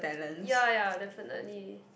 ya ya definitely